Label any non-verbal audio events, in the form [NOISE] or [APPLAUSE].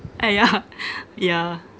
uh yeah [LAUGHS] yeah lah